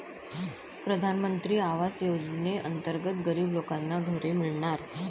प्रधानमंत्री आवास योजनेअंतर्गत गरीब लोकांना घरे मिळणार